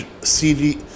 CD